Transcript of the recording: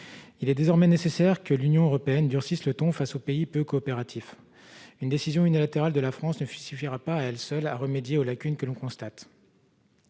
Il est désormais nécessaire que l'Union européenne durcisse le ton face aux pays peu coopératifs. Une décision unilatérale de la France ne suffira pas à elle seule à remédier aux lacunes que l'on constate.